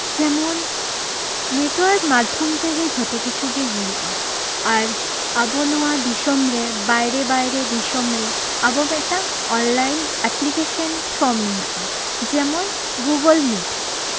ᱡᱮᱢᱚᱱ ᱱᱮᱴᱚᱣᱟᱨᱠ ᱢᱟᱫᱽᱫᱷᱚᱢ ᱛᱮᱜᱮ ᱡᱷᱚᱛᱚ ᱠᱤᱪᱷᱩ ᱜᱮ ᱦᱩᱭᱩᱜᱼᱟ ᱟᱨ ᱟᱵᱚ ᱱᱚᱣᱟ ᱫᱤᱥᱚᱢᱨᱮ ᱵᱟᱭᱨᱮ ᱵᱟᱭᱨᱮ ᱫᱤᱥᱚᱢ ᱨᱮ ᱟᱵᱚ ᱢᱤᱫᱴᱟᱱ ᱚᱱᱞᱟᱭᱤᱱ ᱮᱯᱞᱤᱠᱮᱥᱮᱱ ᱯᱷᱚᱨᱚᱢ ᱢᱮᱱᱟᱜᱼᱟ ᱡᱮᱢᱚᱱ ᱜᱩᱜᱩᱞ ᱢᱤᱴ